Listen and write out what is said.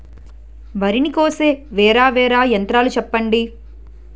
వరి ని కోసే వేరా వేరా యంత్రాలు చెప్పండి?